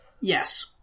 yes